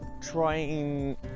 trying